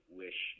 wish